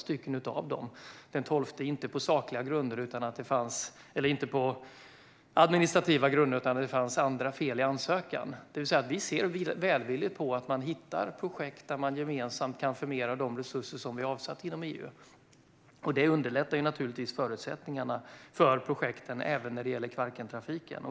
Att den tolfte avslogs var inte på administrativa grunder utan därför att det fanns andra fel i ansökan. Vi ser välvilligt på att man hittar projekt där man gemensamt kan förmera de resurser som vi avsatt inom EU. Det underlättar naturligtvis förutsättningarna för projekten även när det gäller Kvarkentrafiken.